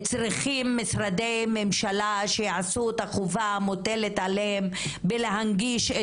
צריכים משרדי ממשלה שיעשו את החובה המוטלת עליהם בהנגשת